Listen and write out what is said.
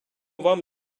вам